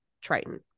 Triton